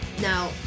now